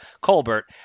Colbert